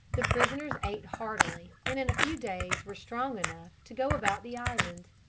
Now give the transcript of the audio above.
the prisoners ate heartily and in a few days were strong enough to go about the island.